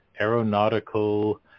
aeronautical